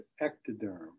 ectoderm